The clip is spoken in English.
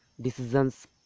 decisions